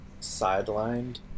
sidelined